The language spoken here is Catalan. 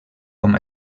com